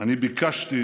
שאני ביקשתי